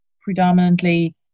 predominantly